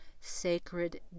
sacred